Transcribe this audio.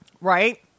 right